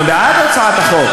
אנחנו בעד הצעת החוק.